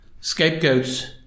scapegoats